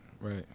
right